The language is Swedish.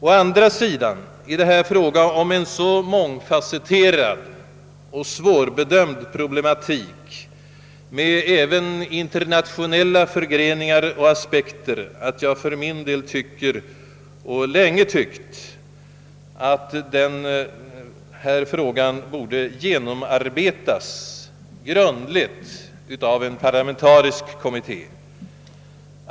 Å andra sidan är det här fråga om en så mångfasetterad och svårbedömd problematik med även internationella förgreningar och aspekter, att jag för min del tycker och länge har tyckt, att denna fråga borde genomarbetas grundligt av en parlamentarisk kommitté.